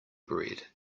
bread